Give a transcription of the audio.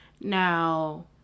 Now